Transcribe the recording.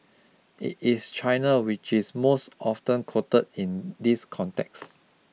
it is China which is most often quoted in this context